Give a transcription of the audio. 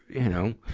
you know,